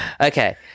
Okay